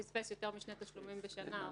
פספס יותר משני תשלומים בשנה,